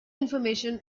information